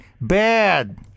Bad